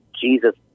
Jesus